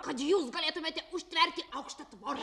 kad jūs galėtumėte užtverti aukštą tvorą